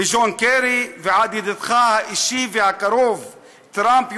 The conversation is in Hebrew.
מג'ון קרי ועד ידידך האישי והקרוב טראמפ,